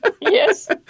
Yes